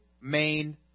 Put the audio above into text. main